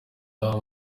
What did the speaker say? komera